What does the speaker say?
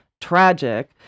tragic